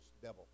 devil